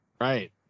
Right